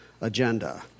agenda